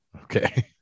Okay